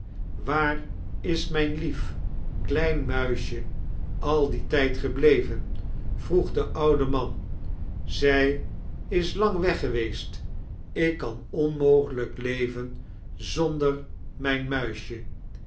waar is mijn lief klein muisje al dien tijd gebleven vroeg de oude man zij is lang weg geweest ik kan onmqgelijk leven zonder mijn muisje